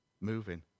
moving